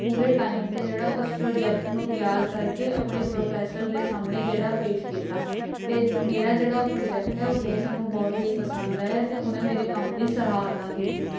ਪੂਰੇ ਟਾਈਮ 'ਤੇ ਜਿਹੜਾ ਉਸ ਪ੍ਰੋਜੈਕਟ ਨੂੰ ਤਿਆਰ ਕਰਕੇ ਆਪਣੇ ਪ੍ਰੋਫੈਸਰ ਦੇ ਸਾਹਮਣੇ ਜਿਹੜਾ ਪੇਸ਼ ਕੀਤਾ ਅਤੇ ਮੇਰਾ ਜਿਹੜਾ ਉਹ ਪ੍ਰੋਜੈਕਟ ਹੈ ਉਹ ਟੀਚਰ ਨੂੰ ਬਹੁਤ ਹੀ ਪਸੰਦ ਆਇਆ ਅਤੇ ਉਹਨੇ ਮੇਰੇ ਕੰਮ ਦੀ ਸਲਾਹੁਣਾ ਕੀਤੀ